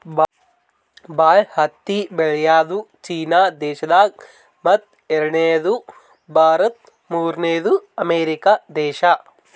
ಭಾಳ್ ಹತ್ತಿ ಬೆಳ್ಯಾದು ಚೀನಾ ದೇಶದಾಗ್ ಮತ್ತ್ ಎರಡನೇದು ಭಾರತ್ ಮೂರ್ನೆದು ಅಮೇರಿಕಾ ದೇಶಾ